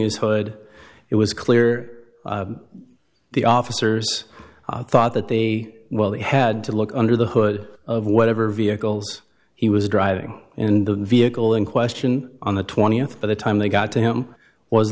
is hood it was clear the officers thought that they well they had to look under the hood of whatever vehicles he was driving in the vehicle in question on the twentieth by the time they got to him w